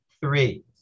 Three